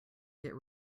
get